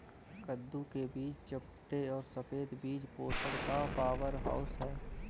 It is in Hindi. कद्दू के बीज चपटे और सफेद बीज पोषण का पावरहाउस हैं